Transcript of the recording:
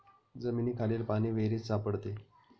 जमिनीखालील पाणी विहिरीत सापडते